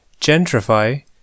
Gentrify